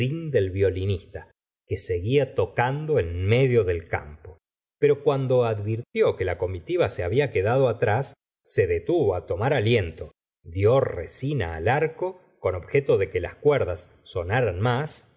del violinista que seguía tocando en medio del campo pero cuando advirtió que la comitiva se había quedado atrás se detuvo á tomar aliento dió resina al arco con objeto de que las cuerdas sonaran más